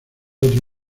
otro